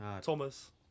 Thomas